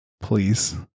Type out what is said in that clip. please